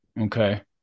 okay